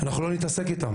אז אנחנו לא מתעסקים איתם,